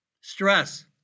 Stress